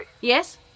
Yes